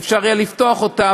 יהיה אפשר לפתוח אותה,